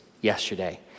yesterday